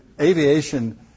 aviation